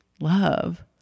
Love